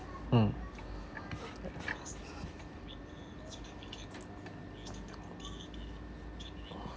mm